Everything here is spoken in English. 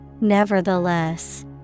Nevertheless